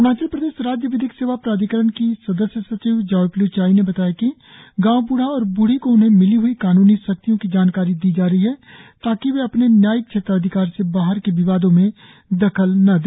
अरुणाचल प्रदेश राज्य विधिक सेवा प्राधिकरण की सदस्य सचिव जावेप्ल् चाई ने बताया कि गांव ब्रढ़ा और ब्रढ़ी को उन्हें मिली हई कानूनी शक्तियों की जानकारी दी जा रही है ताकि वे अपने न्यायिक क्षेत्राधिकार से बाहर के विवादों में दखल न दे